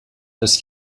dass